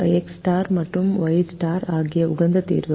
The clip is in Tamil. எக்ஸ் மற்றும் ஒய் ஆகியவை உகந்த தீர்வுகள்